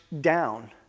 down